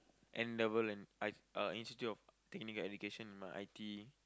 N-level and I've uh Institute-of-Technical-Education with my I_T_E